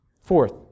Fourth